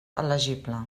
elegible